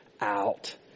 out